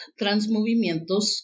Transmovimientos